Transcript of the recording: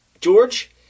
George